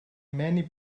many